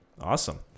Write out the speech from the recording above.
Awesome